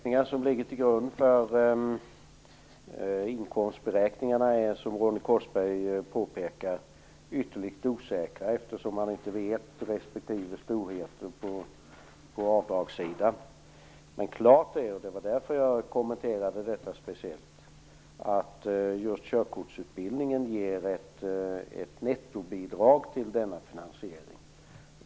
Herr talman! Underlaget för inkomstberäkningarna är - som Ronny Korsberg påpekade - ytterligt osäkert, eftersom man inte känner till respektive storheter på avdragssidan. Men det är klart att just körkortsutbildningen ger ett nettobidrag till finansieringen.